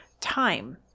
time